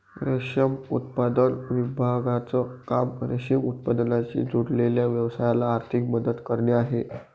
रेशम उत्पादन विभागाचं काम रेशीम उत्पादनाशी जोडलेल्या व्यवसायाला आर्थिक मदत करणे आहे